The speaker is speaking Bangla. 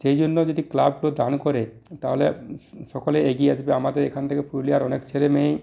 সেই জন্য যদি ক্লাবগুলো দান করে তাহলে সকলে এগিয়ে আসবে আমাদের এখান থেকে পুরুলিয়ার অনেক ছেলে মেয়েই